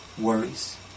worries